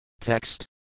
Text